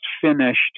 finished